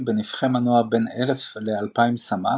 בנפחי מנוע בין 1,000 ל-2,000 סמ"ק,